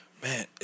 Man